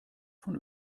von